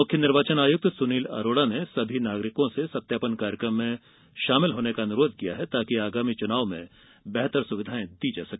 मुख्य निर्वाचन आयुक्त सुनील अरोड़ा ने सभी नागरिकों से सत्यापन कार्यक्रम में शामिल होने का अनुरोध किया है ताकि आगामी चुनाव में बेहतर सुविधायें दी जा सके